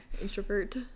introvert